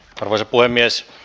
arvoisa puhemies